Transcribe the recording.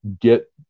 get